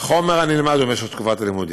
החומר הנלמד ומשך הלימודים.